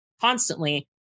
constantly